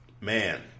man